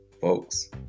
folks